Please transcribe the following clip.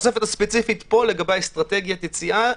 התוספת הספציפית פה, לגבי אסטרטגיית היציאה.